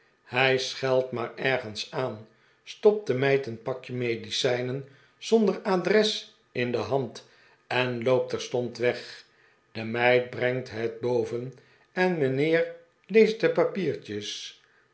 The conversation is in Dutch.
hij schelt maar ergens aan stopt de meid een pakje medicijnen zonder adres in de hand en loopt terstond weg de meid brengt het boven en mijnheer leest de papiertjes